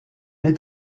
est